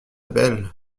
belle